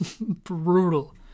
brutal